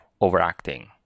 overacting